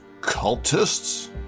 Cultists